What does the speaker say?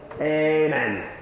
Amen